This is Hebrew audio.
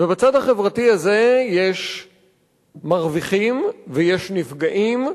ובצד החברתי הזה יש מרוויחים ויש נפגעים,